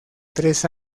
tres